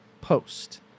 post